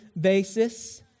basis